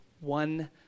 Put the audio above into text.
One